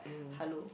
halo